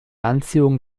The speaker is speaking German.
anziehung